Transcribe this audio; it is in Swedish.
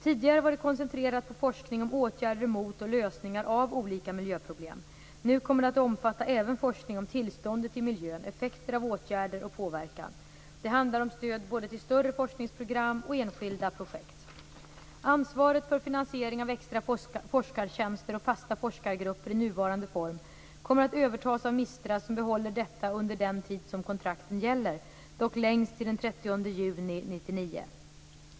Tidigare var det koncentrerat på forskning om åtgärder mot och lösningar av olika miljöproblem. Nu kommer det även att omfatta forskning om tillståndet i miljön och effekter av åtgärder och påverkan. Det handlar om stöd till både större forskningsprogram och enskilda projekt. Ansvaret för finansiering av extra forskartjänster och fasta forskargrupper i nuvarande form kommer att övertas av MISTRA, som behåller detta under den tid som kontrakten gäller, dock längst till den 30 juni 1999.